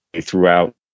throughout